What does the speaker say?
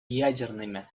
ядерными